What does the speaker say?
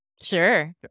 Sure